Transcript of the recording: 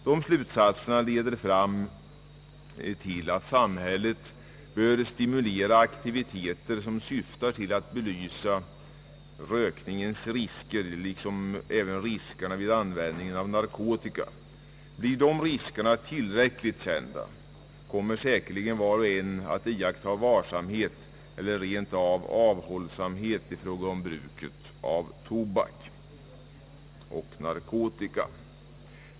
De slutsatserna leder fram till att samhället bör stimulera aktiviteter som syftar till att belysa rökningens risker, liksom även riskerna vid användning av narkotika. Blir dessa risker tillräckligt kända, kommer säkerligen var och en att iaktta varsamhet eller rent av avhållsamhet i fråga om bruket av tobak och narkotika.